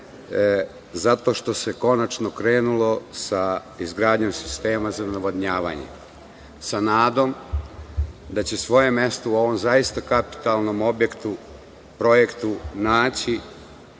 zato što se konačno krenulo sa izgradnjom sistema za navodnjavanje, sa nadom da će svoje mesto u ovom, zaista kapitalnom objektu, projektu naći